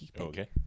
okay